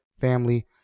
family